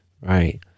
right